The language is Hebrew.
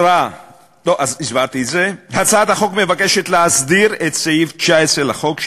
הצעת החוק נועדה להסדיר את סעיף 19 לחוק,